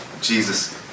Jesus